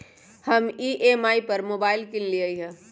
हम ई.एम.आई पर मोबाइल किनलियइ ह